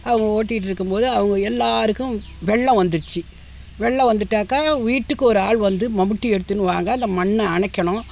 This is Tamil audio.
அவங்க ஓட்டிகிட்ருக்கும் போது அவங்க எல்லாருக்கும் வெள்ளம் வந்துடுச்சு வெள்ளம் வந்துட்டாக்கா வீட்டுக்கு ஒரு ஆள் வந்து மம்முட்டிய எடுத்துன்னு வாங்க அந்த மண்ணை அணைக்கணும்